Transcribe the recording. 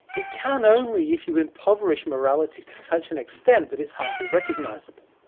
it can only if you impoverish morality to such an extent that it's hardly recognisable.